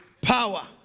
power